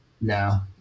No